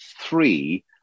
three